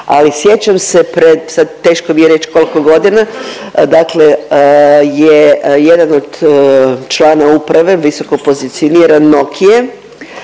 Ali sjećam se pred, sad teško mi je reć kolko godina, dakle je jedan od člana uprave, visokopozicioniran Nokia-e